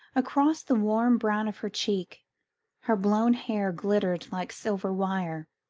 across the warm brown of her cheek her blown hair glittered like silver wire